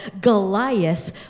Goliath